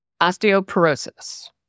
Osteoporosis